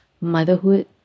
motherhood